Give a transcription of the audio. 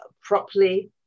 properly